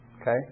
Okay